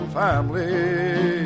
family